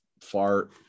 fart